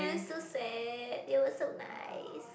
[wah] that's so sad they were so nice